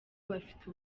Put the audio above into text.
bafite